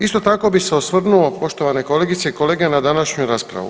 Isto tako bi se osvrnuo poštovanje kolegice i kolege na današnju raspravu.